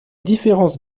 différences